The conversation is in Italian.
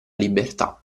libertà